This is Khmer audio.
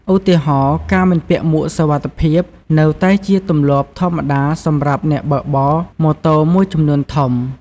ឧទាហរណ៍ ការមិនពាក់មួកសុវត្ថិភាពនៅតែជាទម្លាប់ធម្មតាសម្រាប់អ្នកបើកបរម៉ូតូមួយចំនួនធំ។